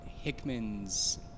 Hickman's